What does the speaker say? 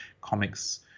comics